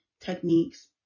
techniques